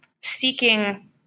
seeking